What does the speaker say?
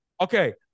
Okay